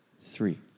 three